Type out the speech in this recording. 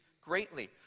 greatly